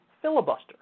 filibuster